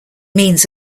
means